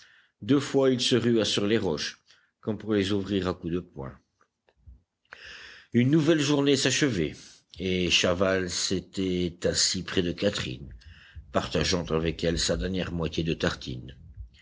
deux fois il se rua sur les roches comme pour les ouvrir à coups de poing une nouvelle journée s'achevait et chaval s'était assis près de catherine partageant avec elle sa dernière moitié de tartine